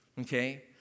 Okay